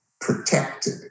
protected